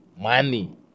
money